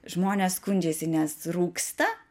žmonės skundžiasi nes rūksta